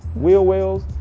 wheel wells,